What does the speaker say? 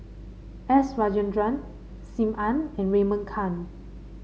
S Rajendran Sim Ann and Raymond Kang